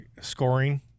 scoring